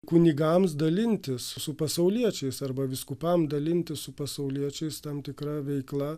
kunigams dalintis su pasauliečiais arba vyskupams dalintis su pasauliečiais tam tikra veikla